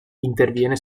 interviene